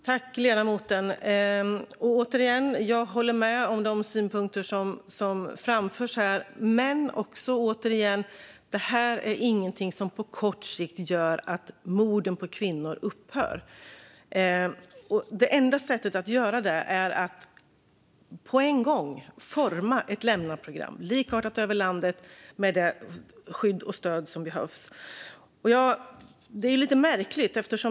Herr talman! Återigen håller jag med om de synpunkter som framförs. Men, också återigen, detta är ingenting som på kort sikt gör att morden på kvinnor upphör. Det enda sättet att åstadkomma det är att på en gång forma ett lämnaprogram, likartat över landet, med det skydd och stöd som behövs. Det är lite märkligt.